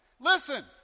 Listen